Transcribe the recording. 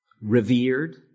revered